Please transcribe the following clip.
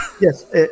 Yes